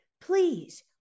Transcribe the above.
Please